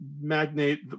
magnate